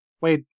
Wait